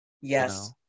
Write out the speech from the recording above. Yes